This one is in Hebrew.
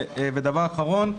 ודבר אחרון,